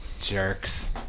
Jerks